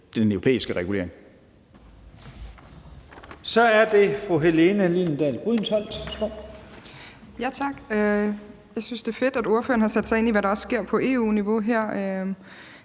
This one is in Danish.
Brydensholt. Værsgo. Kl. 11:15 Helene Liliendahl Brydensholt (ALT): Tak. Jeg synes, det er fedt, at ordføreren har sat sig ind i, hvad der også sker på EU-niveau her